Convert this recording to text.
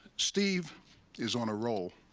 steve is on a roll,